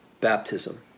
Baptism